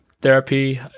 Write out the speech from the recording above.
therapy